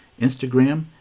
Instagram